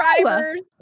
drivers